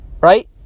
Right